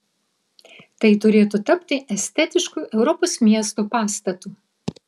tai turėtų tapti estetišku europos miesto pastatu